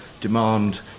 demand